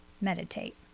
meditate